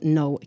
no